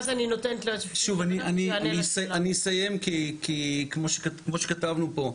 כי כמו שכתבנו פה,